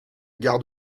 gardes